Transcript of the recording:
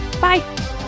Bye